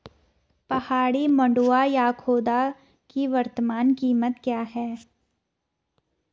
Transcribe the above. पहाड़ी मंडुवा या खोदा की वर्तमान कीमत क्या है?